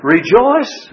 Rejoice